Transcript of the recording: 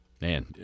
man